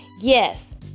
yes